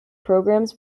programs